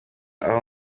aho